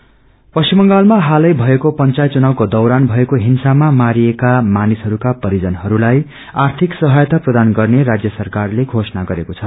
compensation पश्चिम बंगालामा हालै भएको पंचायत चुनावको वैरान भएको हिंसामा मारिएका मानिसहरूका परिजनहरूलाई आर्थिक सहायता प्रदान गर्ने राज्य सरकारले घोषणा गरेको छ